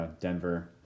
Denver